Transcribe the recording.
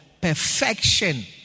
perfection